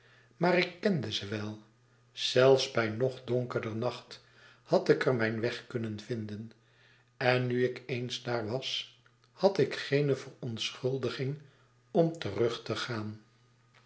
maar ik kende ze wel zelfs bij nog donkerder nacht had iker mijn weg kunnen vinden en nu ik eens daar was had ik geene verontschuldiging om terug te gaan